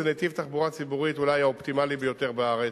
זה נתיב התחבורה הציבורית אולי האופטימלי בארץ,